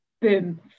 boom